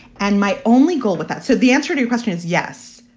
and my only goal with that. so the answer to your question is yes,